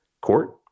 Court